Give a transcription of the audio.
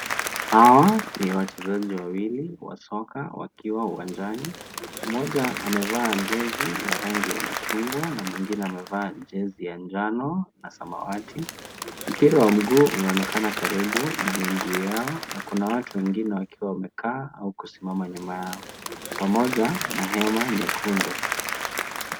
Hawa ni wachezaji wawili wa soka wakiwa uwanjani. Mmoja amevaa jezi ya rangi ya machungwa na mwengine amevaa jezi ya njano na samawati. Mpira wa mguu unaonekana karibu na miguu yao na kuna watu wengine wakiwa wamekaa au kusimama nyuma yao, pamoja na hema nyekundu.